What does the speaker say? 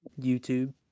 YouTube